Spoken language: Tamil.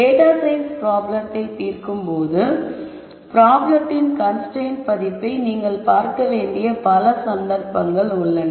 டேட்டா சயின்ஸ் ப்ராப்ளத்தை தீர்க்கும் போது பிராப்ளத்தின் கன்ஸ்ரைன்ட் பதிப்பை நீங்கள் பார்க்க வேண்டிய பல சந்தர்ப்பங்கள் உள்ளன